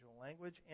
language